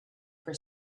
for